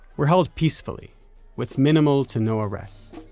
were held peacefully with minimal to no arrests,